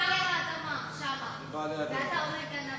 אתה שונא את הבדואים.